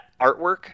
artwork